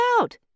out